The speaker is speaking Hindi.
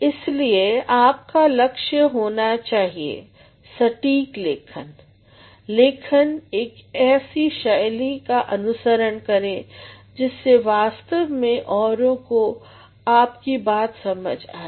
इसलिए आपका लक्ष्य होना चाहिए सटीक लेखन लेखन में एक ऐसी शैली का अनुसरण करें जिससे वास्तव में औरों को आपकी बात समझ आए